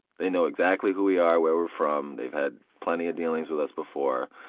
they know exactly who we are, where we're from, they've had plenty of dealings with us before,